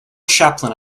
chaplain